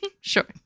Sure